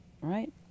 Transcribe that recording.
right